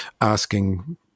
asking